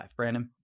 Brandon